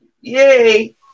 Yay